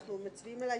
מי בעד הרביזיה?